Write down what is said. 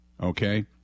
okay